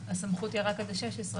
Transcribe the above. הסמכות היא רק עד 16,